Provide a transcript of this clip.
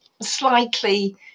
slightly